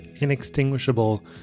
inextinguishable